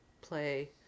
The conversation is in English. play